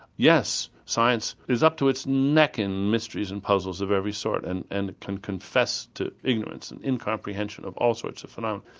yes, science is up to its neck in mysteries and puzzles of every sort and and it can confess to ignorance, and incomprehension of all sorts of phenomena.